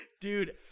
dude